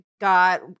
got